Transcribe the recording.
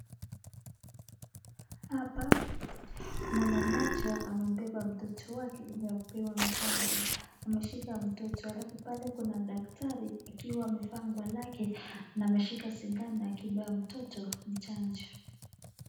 Hapa mama mmoja amembeba mtoto wake ili apewe chanjo, ameshika mtoto, alafu pale kuna daktari akiwa amevaa nguo lake, na ameshika sindano akimpa mtoto chanjo.